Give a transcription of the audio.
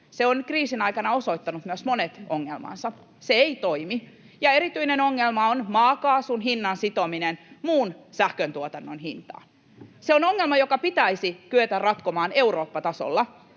Se on kriisin aikana osoittanut myös monet ongelmansa. Se ei toimi. Ja erityinen ongelma on maakaasun hinnan sitominen muun sähköntuotannon hintaan. Se on ongelma, joka pitäisi kyetä ratkomaan Eurooppa-tasolla.